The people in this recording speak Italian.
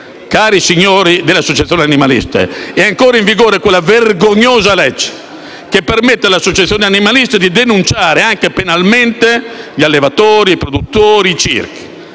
cari signori delle associazioni animaliste, che è ancora in vigore la vergognosa legge che permette alle associazioni animaliste di denunciare, anche penalmente, gli allevatori, i produttori e i circhi.